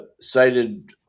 cited